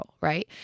right